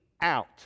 out